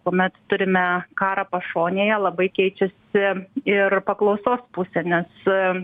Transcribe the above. kuomet turime karą pašonėje labai keičiasi ir paklausos pusė nes